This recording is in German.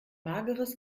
mageres